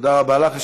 תודה רבה לך.